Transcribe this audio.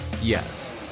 Yes